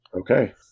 Okay